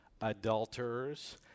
adulterers